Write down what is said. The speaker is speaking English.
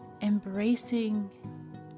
embracing